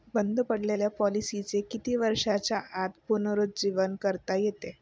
बंद पडलेल्या पॉलिसीचे किती वर्षांच्या आत पुनरुज्जीवन करता येते?